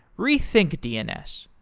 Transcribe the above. rethink dns,